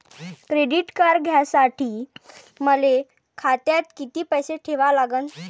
Credit card घ्यासाठी मले खात्यात किती पैसे ठेवा लागन?